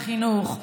בחינוך.